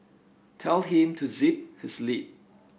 tell him to zip his lip